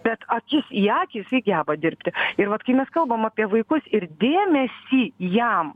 bet akis į akį jisai geba dirbti ir vat kai mes kalbam apie vaikus ir dėmesį jam